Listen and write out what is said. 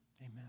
amen